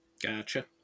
Gotcha